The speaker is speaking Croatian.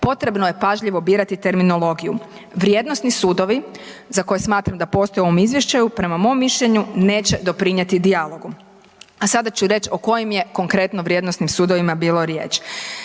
potrebno je pažljivo birati terminologiju. Vrijednosni sudovi za koje smatram da postoje u ovom Izvješćaju prema mom mišljenju neće doprinijeti dijalogu. A sada ću reći o kojim je konkretno vrijednosnim sudovima bilo riječ.